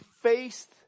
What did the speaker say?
faced